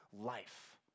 life